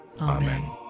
Amen